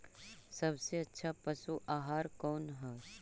सबसे अच्छा पशु आहार कौन है?